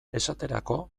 esaterako